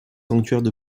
sanctuaires